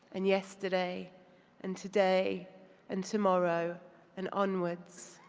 and yesterday and today and tomorrow and onward. so